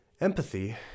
Empathy